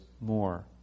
more